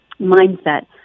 mindset